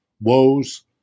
woes